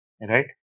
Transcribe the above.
right